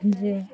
যে